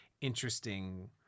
interesting